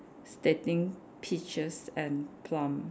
stating peaches and plum